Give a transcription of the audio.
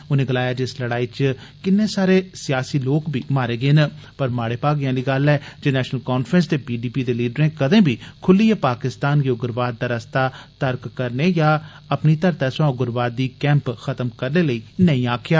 उनें गलाया जे इस लड़ाई च किन्ने सारे सियासी लोक बी मारे गे न पर माड़े भागे आहली गल्ल ऐ जे नैषनल काफ़ैंस ते पी डी पी दे लीडरें कदें बी खुल्लियै पाकिस्तान गी उग्रवाद दा रस्ता तरक करने यां अपनी धरते सवां उग्रवादी कैम्प खत्म करने लेई नेई आक्खेआ